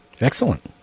Excellent